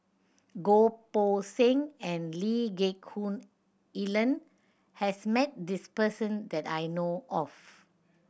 Goh Poh Seng and Lee Geck Hoon Ellen has met this person that I know of